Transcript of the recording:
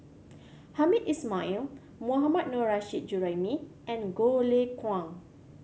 Hamed Ismail Mohammad Nurrasyid Juraimi and Goh Lay Kuan